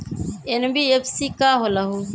NBFC का होलहु?